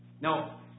Now